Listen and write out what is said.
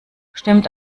stimmt